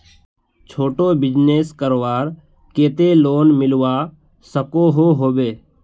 छोटो बिजनेस करवार केते लोन मिलवा सकोहो होबे?